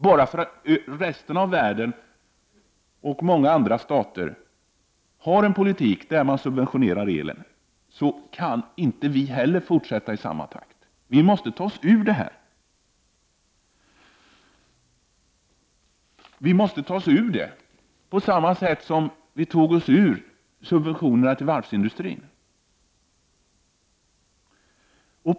Bara för att många andra stater för en politik där man subventionerar, kan inte vi också fortsätta i samma takt. Vi måste ta oss ur detta på samma sätt som vi tog oss ur subventionerna till varvsindustrin.